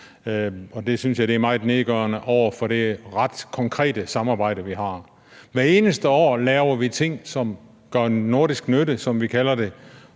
det synes jeg er meget nedgørende over for det her ret konkrete samarbejde, vi har. Hvert eneste år laver vi ting, som gør nordisk nytte, som vi kalder det,